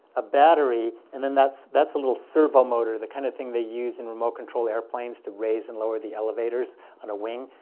a battery, and then that's that's a little servo motor, the kind of thing they use in remote-controlled airplanes to raise and lower the elevators on a wing.